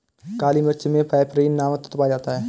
काली मिर्च मे पैपरीन नामक तत्व पाया जाता है